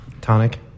Tonic